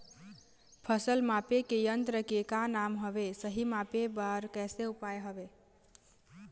फसल मापे के यन्त्र के का नाम हवे, सही मापे बार कैसे उपाय हवे?